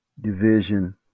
division